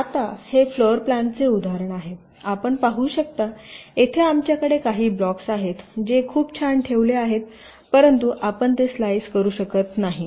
आता हे फ्लोरप्लानचे उदाहरण आहे आपण पाहू शकता येथे आमच्याकडे काही ब्लॉक्स आहेत जे खूप छान ठेवले आहेत परंतु आपण ते स्लाईस शकत नाही